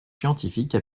scientifique